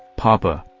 papa?